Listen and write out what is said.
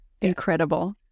Incredible